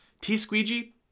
T-Squeegee